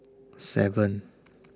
seven